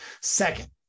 Second